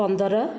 ପନ୍ଦର